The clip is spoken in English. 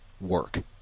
work